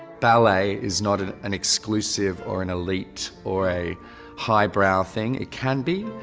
ballet is not an an exclusive or an elite or a high-brow thing. it can be,